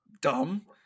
dumb